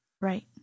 Right